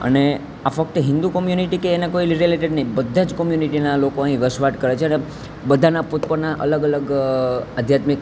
અને આ ફક્ત હિન્દુ કોમ્યુનિટી કે એને કોઈ રેલેટેડ નહીં બધાં જ કમ્યુનિટીનાં લોકો અહીં વસવાટ કરે છે અને બધાનાં પોતપોતાનાં અલગ અલગ આધ્યાત્મિક